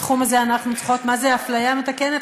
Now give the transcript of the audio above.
בתחום הזה אנחנו צריכות מה זה אפליה מתקנת,